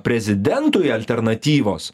prezidentui alternatyvos